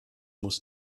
musst